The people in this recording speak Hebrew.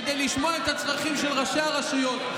כדי לשמוע את הצרכים של ראשי הרשויות,